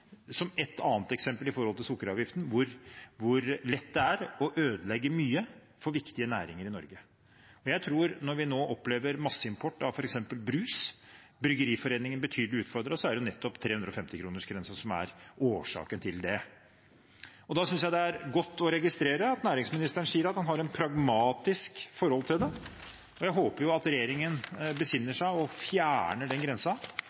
sukkeravgiften, hvor lett det er å ødelegge mye for viktige næringer i Norge. Jeg tror, når vi nå opplever masseimport av f.eks. brus – Bryggeriforeningen er betydelig utfordret – at det nettopp er 350 kr-grensen som er årsaken til det. Da synes jeg det er godt å registrere at næringsministeren sier at han har et pragmatisk forhold til det. Jeg håper at regjeringen